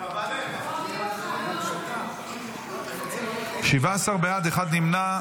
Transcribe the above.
17 בעד, אחד נמנע.